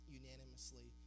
unanimously